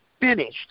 finished